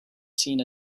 seen